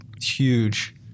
huge